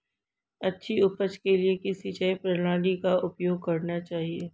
अच्छी उपज के लिए किस सिंचाई प्रणाली का उपयोग करना चाहिए?